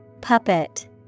Puppet